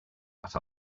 but